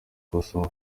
kubasaba